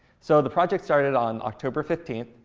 so the project started on october fifteen.